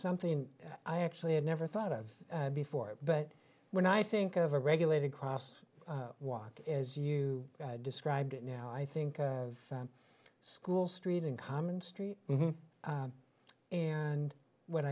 something i actually had never thought of before but when i think of a regulated cross walk as you described it now i think of school street in common street and when